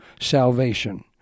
salvation